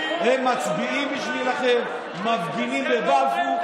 הם מצביעים בשבילכם, מפגינים בבלפור.